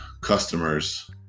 customers